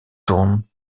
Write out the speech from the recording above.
tourne